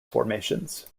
formations